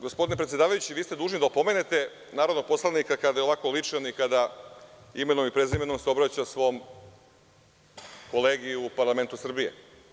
Gospodine predsedavajući, vi ste dužni da opomenete narodnog poslanika kada je ovako ličan i kada imenom i prezimenom se obraća svom kolegi u Parlamentu Srbije.